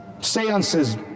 seances